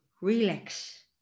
relax